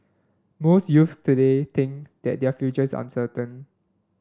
most youths today think that their futures uncertain